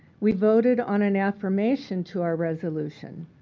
we voted on an affirmation to our resolution.